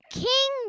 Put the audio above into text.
king